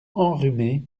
enrhumé